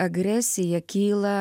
agresija kyla